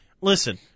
listen